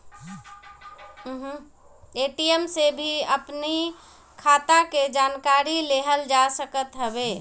ATM से भी अपनी खाता के जानकारी लेहल जा सकत हवे